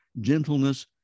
gentleness